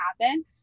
happen